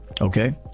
Okay